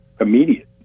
immediate